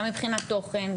גם מבחינת תוכן,